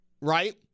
right